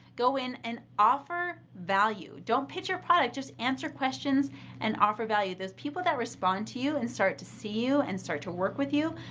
go in an offer value, don't pitch your product just answer questions and offer value. those people that respond to you and start to see you and start to work with you,